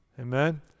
Amen